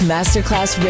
Masterclass